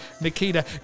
Nikita